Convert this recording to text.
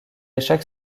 chaque